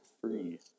free